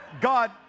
God